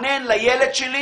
להתחנן לילד שלי